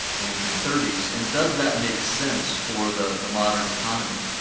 nineteen thirty s. and does that make sense for the, the modern economy?